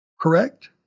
Correct